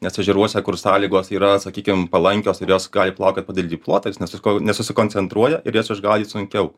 nes ežeruose kur sąlygos yra sakykim palankios ir jos gali plaukiot pa didelį plotą jos nesuko nesusikoncentruoja ir jas išgaudyt sunkiau